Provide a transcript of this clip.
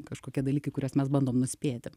kažkokie dalykai kuriuos mes bandom nuspėti